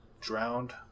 drowned